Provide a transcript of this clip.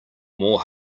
more